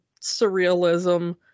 surrealism